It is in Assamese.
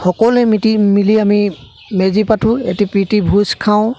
সকলোৱে মিতি মিলি আমি মেজি পাতোঁ এটি প্ৰীতি ভোজ খাওঁ